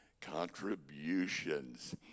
contributions